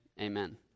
amen